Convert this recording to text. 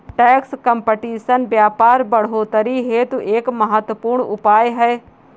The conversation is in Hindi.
टैक्स कंपटीशन व्यापार बढ़ोतरी हेतु एक महत्वपूर्ण उपाय है